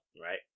right